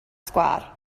sgwâr